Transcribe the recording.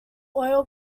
oil